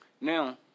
Now